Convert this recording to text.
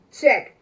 check